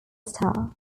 star